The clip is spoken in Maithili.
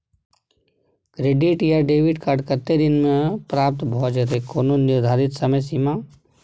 क्रेडिट या डेबिट कार्ड कत्ते दिन म प्राप्त भ जेतै, कोनो निर्धारित समय सीमा?